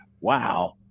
wow